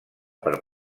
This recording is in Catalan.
per